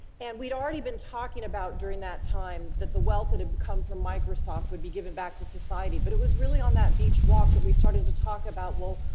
and we'd already been talking about during that time that the wealth that had come from microsoft would be given back to society, but it was really on that beach walk that we started to talk about, well,